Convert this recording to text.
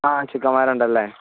ആ ചെക്കന്മാരുണ്ടല്ലേ